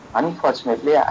unfortunately